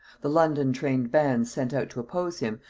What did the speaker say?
the london trained-bands sent out to oppose him,